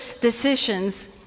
decisions